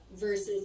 versus